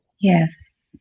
yes